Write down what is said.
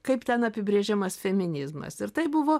kaip ten apibrėžiamas feminizmas ir tai buvo